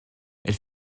elle